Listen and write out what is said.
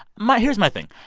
my here's my thing,